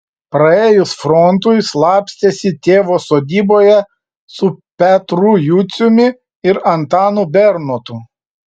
praėjus frontui slapstėsi tėvo sodyboje su petru juciumi ir antanu bernotu